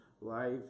life